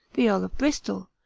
the earl of bristol,